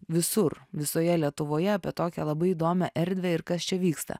visur visoje lietuvoje apie tokią labai įdomią erdvę ir kas čia vyksta